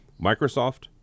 Microsoft